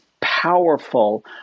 powerful